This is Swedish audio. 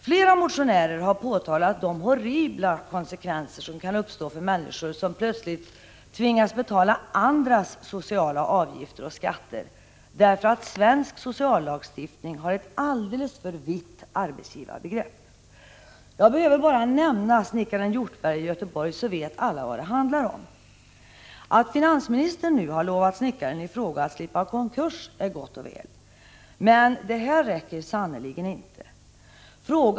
Flera motionärer har påtalat de horribla konsekvenser som kan uppstå för människor som plötsligt tvingas betala andras sociala avgifter och skatter, därför att svensk sociallagstiftning har ett alldeles för vitt arbetsgivarbegrepp. Jag behöver bara nämna snickaren Hjortberg i Göteborg, så vet alla vad det handlar om. Att finansministern nu har lovat snickaren i fråga att slippa konkurs är gott och väl, men det räcker sannerligen inte.